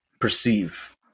perceive